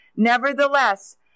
Nevertheless